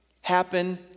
happen